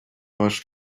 ваши